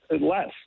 less